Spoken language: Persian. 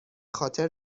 خاطر